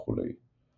וכולי.